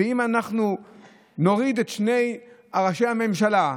אם אנחנו נוריד את שני ראשי הממשלה,